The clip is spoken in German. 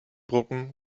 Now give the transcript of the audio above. brücken